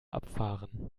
abfahren